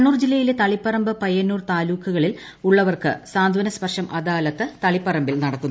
കണ്ണൂർ ജില്ലയിലെ തളിപ്പറമ്പ് പയ്യന്നൂർ താലൂക്കുകളിൽ ഉള്ളവർക്ക് സാന്ത്വന സ്പർശം അദാലത്ത് തളിപ്പറമ്പിൽ നടക്കുന്നു